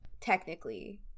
technically